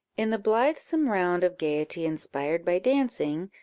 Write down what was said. in the blithesome round of gaiety inspired by dancing,